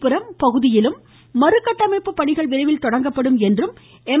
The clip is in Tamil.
புரம் பகுதியிலும் மறுகட்டமைப்பு பணிகள் விரைவில் தொடங்கப்படும் என்றும் எம்